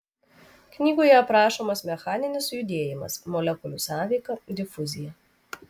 knygoje aprašomas mechaninis judėjimas molekulių sąveika difuzija